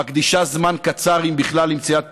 מקדישה זמן קצר, אם בכלל, למציאת פתרון.